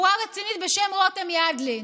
בחורה רצינית בשם רותם ידלין,